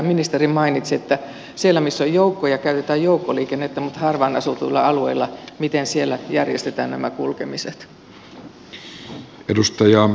ministeri mainitsi että siellä missä on joukkoja käytetään joukkoliikennettä mutta miten harvaan asutuilla alueilla järjestetään nämä kulkemiset